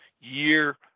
year